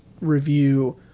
Review